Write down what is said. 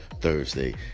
Thursday